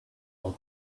old